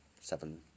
seven